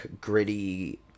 gritty